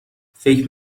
فکر